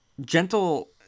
Gentle